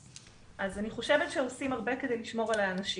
אני חושבת שעושים הרבה כדי לשמור על האנשים